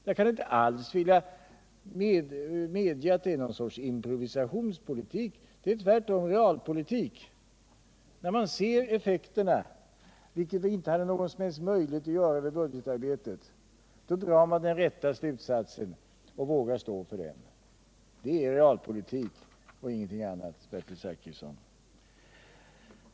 Jag kan inte medge att det är någon improvisationspolitik. Det är tvärtom realpolitik. När man ser effekterna, vilket vi inte hade någon som helst möjlighet att göra vid budgetarbetet, drar man den rätta slutsatsen och vågar stå för den. Det är realpolitik och ingenting annat, Bertil Zachrisson.